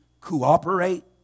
cooperate